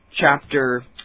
chapter